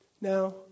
Now